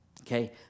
Okay